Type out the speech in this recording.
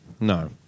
No